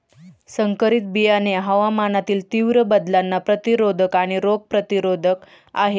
संकरित बियाणे हवामानातील तीव्र बदलांना प्रतिरोधक आणि रोग प्रतिरोधक आहेत